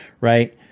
Right